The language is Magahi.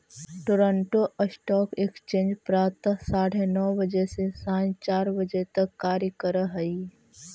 टोरंटो स्टॉक एक्सचेंज प्रातः साढ़े नौ बजे से सायं चार बजे तक कार्य करऽ हइ